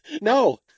No